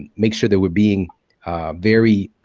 make sure that we're being very